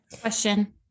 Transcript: Question